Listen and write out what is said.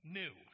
new